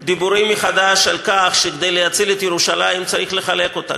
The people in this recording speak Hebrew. מחדש דיבורים על כך שכדי להציל את ירושלים צריך לחלק אותה.